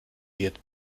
wird